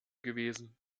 gewesen